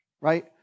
Right